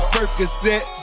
Percocet